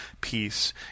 Peace